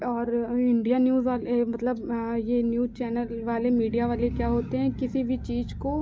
और अभी India News मतलब ये न्यूज चैनल वाले मीडिया वाले क्या होते है किसी भी चीज को